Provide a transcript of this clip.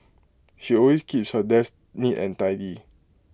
she always keeps her desk neat and tidy